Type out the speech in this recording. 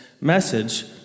message